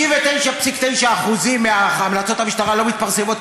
99.9% מהמלצות המשטרה לא מתפרסמות,